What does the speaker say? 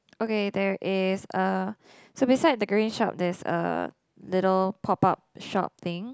okay there is a so beside the green shop there's a little pop up shop thing